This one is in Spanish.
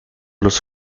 los